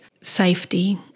safety